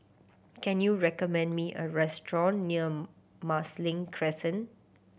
can you recommend me a restaurant near Marsiling Crescent